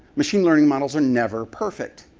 machine learning models are never perfect.